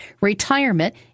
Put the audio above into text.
retirement